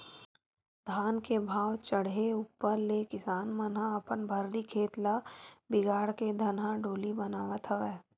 धान के भाव चड़हे ऊपर ले किसान मन ह अपन भर्री खेत ल बिगाड़ के धनहा डोली बनावत हवय